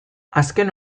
azken